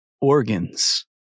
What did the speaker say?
Organs